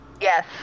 Yes